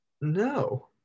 No